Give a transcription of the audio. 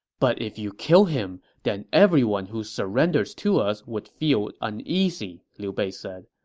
but if you kill him, then everyone who surrenders to us would feel uneasy, liu bei said.